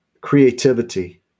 creativity